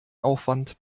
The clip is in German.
aufwand